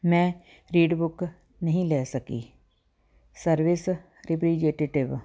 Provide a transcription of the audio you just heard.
ਮੈਂ ਰੀਡਬੁੱਕ ਨਹੀਂ ਲੈ ਸਕੀ ਸਰਵਿਸ ਰੀਪਰੀਜੇਟੇਟਿਵ